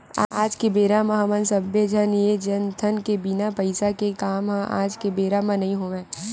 आज के बेरा म हमन सब्बे झन ये जानथन के बिना पइसा के काम ह आज के बेरा म नइ होवय